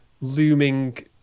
Looming